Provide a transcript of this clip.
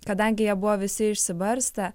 kadangi jie buvo visi išsibarstę